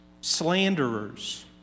slanderers